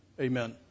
Amen